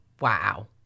Wow